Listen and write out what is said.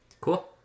Cool